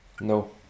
No